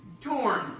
Torn